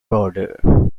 broader